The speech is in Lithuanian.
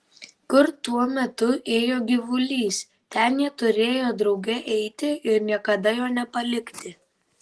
kur tuo metu ėjo gyvulys ten jie turėjo drauge eiti ir niekada jo nepalikti